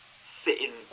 sitting